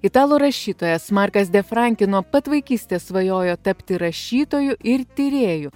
italų rašytojas markas de franki nuo pat vaikystės svajojo tapti rašytoju ir tyrėju